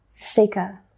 Seika